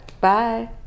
Bye